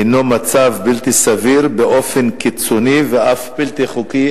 הינו מצב בלתי סביר באופן קיצוני ואף בלתי חוקי,